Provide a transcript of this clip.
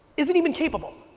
isn't even capable.